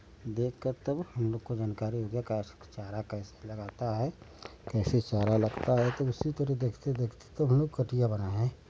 देखकर तब हम लोग को जानकारी हो गया कैसे चारा कैसे लगाता है कैसे चारा लगता है तो उसी तरह देखते देखते तो हम लोग कटिया बनाए हैं